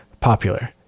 popular